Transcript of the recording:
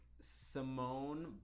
Simone